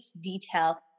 detail